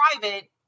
private